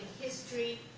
history.